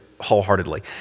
wholeheartedly